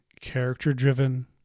character-driven